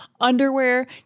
underwear